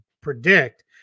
predict